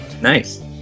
Nice